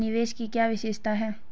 निवेश की क्या विशेषता है?